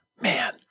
Man